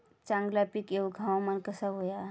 चांगला पीक येऊक हवामान कसा होया?